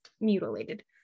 mutilated